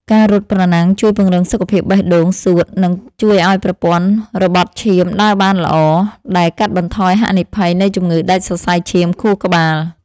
ការរត់ប្រណាំងជួយពង្រឹងសុខភាពបេះដូង សួត និងជួយឱ្យប្រព័ន្ធរបត់ឈាមដើរបានល្អ ដែលកាត់បន្ថយហានិភ័យនៃជំងឺដាច់សរសៃឈាមខួរក្បាល។